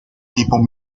tipo